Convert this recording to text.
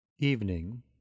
evening